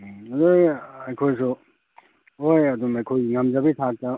ꯎꯝ ꯑꯗꯨ ꯑꯩꯈꯣꯏꯁꯨ ꯍꯣꯏ ꯑꯗꯨꯝ ꯑꯩꯈꯣꯏ ꯉꯝꯖꯕꯤ ꯊꯥꯛꯇ